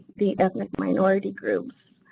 the ethnic minority groups.